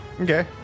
Okay